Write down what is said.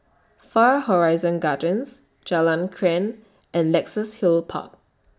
Far Horizon Gardens Jalan Krian and Luxus Hill Park